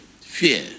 fear